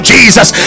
Jesus